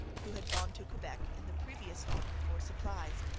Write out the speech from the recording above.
who had gone to quebec in the previous autumn for supplies,